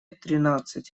тринадцать